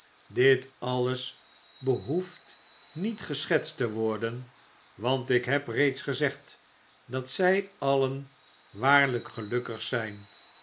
dit alles behoeft niet geschetst te worden want ik heb reeds gezegd dat zij allen waarlijk gelukkig zijn